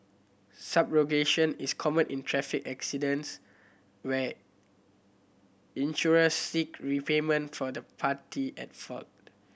subrogation is common in traffic accidents where insurers seek repayment from the party at fault